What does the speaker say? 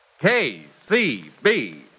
KCB